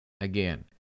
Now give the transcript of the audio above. again